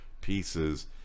pieces